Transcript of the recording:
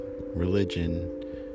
religion